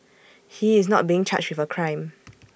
he is not being charged with A crime